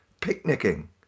picnicking